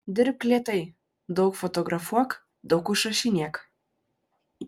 dirbk lėtai daug fotografuok daug užrašinėk